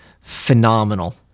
Phenomenal